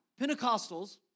Pentecostals